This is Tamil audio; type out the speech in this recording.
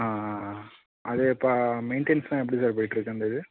ஆ ஆ ஆ அது இப்போ மெயிண்டைன்ஸ்லாம் எப்படி சார் போயிட்டிருக்கு அந்த இது